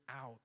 out